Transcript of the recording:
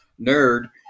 nerd